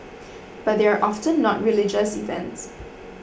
but they are often not religious events